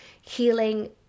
healing